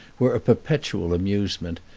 were a perpetual amusement,